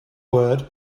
word